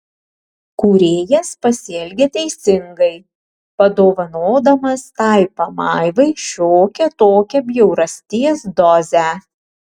kūrėjas pasielgė teisingai padovanodamas tai pamaivai šiokią tokią bjaurasties dozę